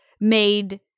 made